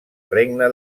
regne